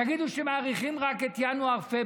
תגידו שאתם מאריכים רק את ינואר-פברואר?